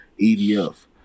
EDF